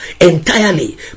entirely